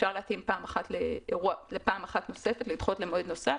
אפשר להתאים פעם אחת לדחייה למועד נוסף,